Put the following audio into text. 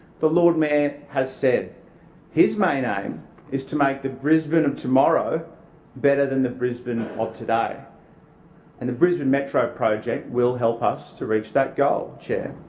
the lord mayor has said his main aim is to make the brisbane of tomorrow better than the brisbane of today and the brisbane metro project will help us reach that goal, chair,